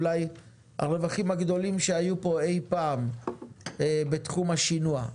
אולי הרווחים הגדולים שהיו פה אי פעם בתחום השינוע.